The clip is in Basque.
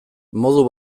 modu